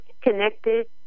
connected